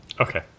Okay